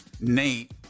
Nate